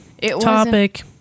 topic